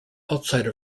outside